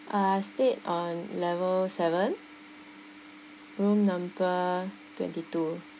I stayed on level seven room number twenty two